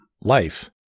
life